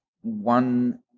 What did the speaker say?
one